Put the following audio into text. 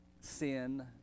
sin